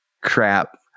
crap